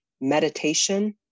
meditation